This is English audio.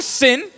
sin